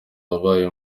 wabaye